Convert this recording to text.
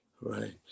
Right